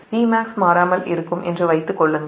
Pmax மாறாமல் இருக்கும் என்று வைத்துக் கொள்ளுங்கள்